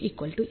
MN5